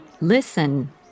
listen